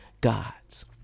gods